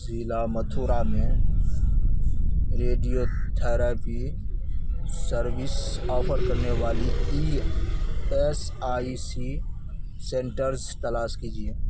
ضلع متھرا میں radio therapy services offer کرنے والے E S I C centres تلاش کیجیے